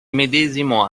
medesimo